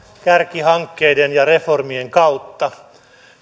kärkihankkeiden ja reformien kautta